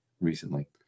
recently